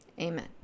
Amen